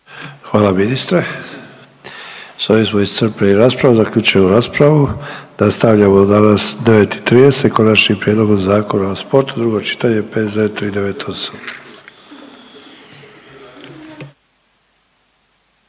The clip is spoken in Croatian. Hvala ministre. S ovim smo iscrpili raspravu, zaključujem raspravu, nastavljamo danas u 9 i 30 Konačnim prijedlogom Zakona o sportu, drugo čitanje, P.Z.